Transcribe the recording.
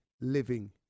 living